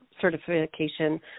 certification